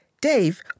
Dave